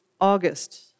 August